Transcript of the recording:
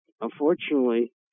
unfortunately